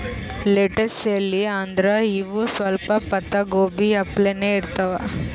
lettuce ಎಲಿ ಅಂದ್ರ ಇವ್ ಸ್ವಲ್ಪ್ ಪತ್ತಾಗೋಬಿ ಅಪ್ಲೆನೇ ಇರ್ತವ್